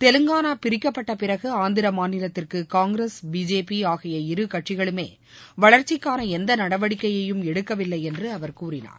தெலுங்கானா பிரிக்கப்பட்டபிறகு ஆந்திர மாநிலத்திற்கு காங்கிரஸ் பிஜேபி ஆகிய இரு கட்சிகளுமே வளர்ச்சிக்கான எந்த நடவடிக்கையும் எடுக்கவில்லை என்று அவர் கூறினார்